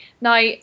Now